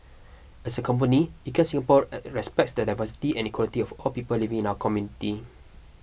as a company IKEA Singapore respects the diversity and equality of all people living in our community